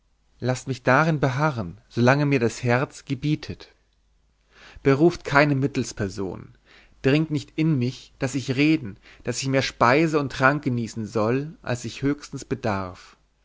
laßt mich darin beharren solange mir das herz gebietet beruft keine mittelsperson dringt nicht in mich daß ich reden daß ich mehr speise und trank genießen soll als ich höchstens bedarf